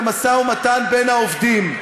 את המשא ומתן בין העובדים.